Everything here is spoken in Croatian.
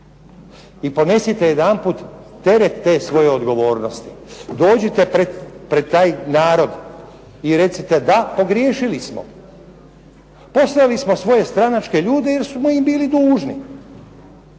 I ponesite jedanput teret svoje odgovornosti, dođite jedanput pred taj narod i recite da pogriješili smo, poslali smo svoje stranačke ljude jer smo im bili dužni